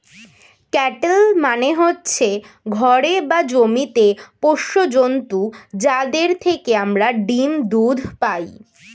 cattle মানে হচ্ছে ঘরে বা জমিতে পোষ্য জন্তু যাদের থেকে আমরা ডিম, দুধ পাই